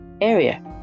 area